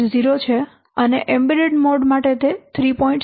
0 છે અને embedded mode માટે તે 3